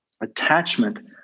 Attachment